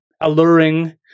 alluring